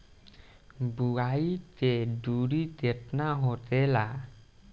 बुआई के दूरी केतना होखेला?